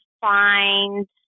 find